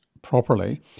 properly